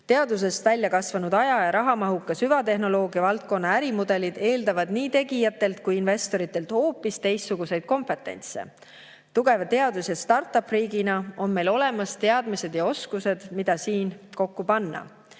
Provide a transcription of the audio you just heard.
Teadusest välja kasvanud aja- ja rahamahuka süvatehnoloogia valdkonna ärimudelid eeldavad nii tegijatelt kui investoritelt hoopis teistsuguseid kompetentse. Tugeva teadus- jastart-up-riigina on meil olemas teadmised ja oskused, mida siin kokku panna.